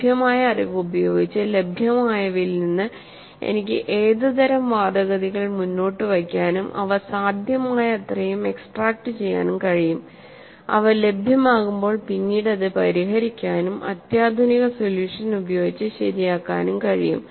ലഭ്യമായ അറിവ് ഉപയോഗിച്ച് ലഭ്യമായവയിൽ നിന്ന് എനിക്ക് ഏതുതരം വാദഗതികൾ മുന്നോട്ട് വയ്ക്കാനും അവ സാധ്യമായത്രയും എക്സ്ട്രാക്റ്റുചെയ്യാനും കഴിയും അവ ലഭ്യമാകുമ്പോൾ പിന്നീട് അത് പരിഹരിക്കാനും അത്യാധുനിക സൊല്യൂഷൻ ഉപയോഗിച്ച് ശരിയാക്കാനും കഴിയും